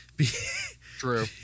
True